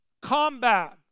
combat